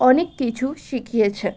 অনেক কিছু শিখিয়েছে